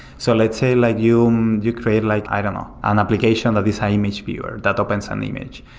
so let's say like you you create, like i don't know, an application that is high-image viewer that opens an image.